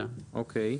אוקיי.